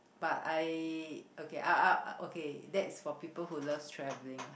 but I okay okay that's for people who love travelling